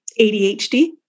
ADHD